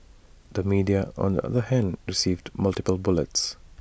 the media on the other hand received multiple bullets